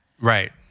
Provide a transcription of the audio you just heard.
Right